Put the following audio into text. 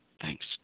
thanks